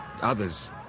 Others